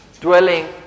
dwelling